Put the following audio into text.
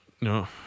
no